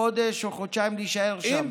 חודש או חודשיים להישאר שם,